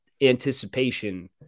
anticipation